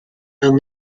and